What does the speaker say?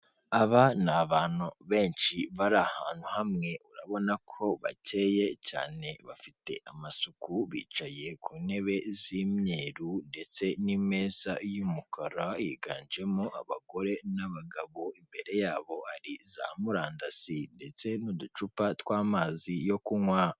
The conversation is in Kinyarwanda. Aba ni abantu benshi bari ahantu hamwe, urabona ko bakeye cyane, bafite amasuku, bicaye ku ntebe z'imyeru ndetse n'imeza y'umukara, higanjemo abagore n'abagabo, imbere yabo hari za murandasi ndetse n'uducupa tw'amazi yo kunywa.